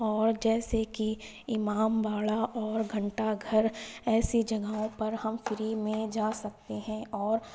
اور جیسے کہ امام باڑہ اور گھنٹہ گھر ایسی جگہوں پر ہم فری میں جا سکتے ہیں اور